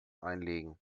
einlegen